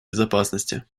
безопасности